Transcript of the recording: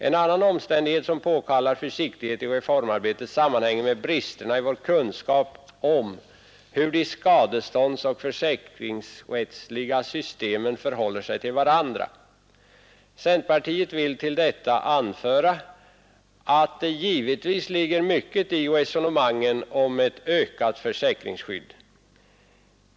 En annan omständighet som påkallar försiktighet i reformarbetet sammanhänger med bristerna i vår kunskap om hur de skadeståndsoch försäkringsrättsliga systemen förhåller sig till varandra.” Centerpartiet vill till detta anföra, att det givetvis ligger mycket i resonemangen om ett ökat försäkringsskydd.